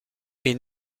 est